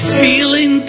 feeling